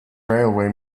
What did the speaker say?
railway